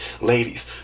ladies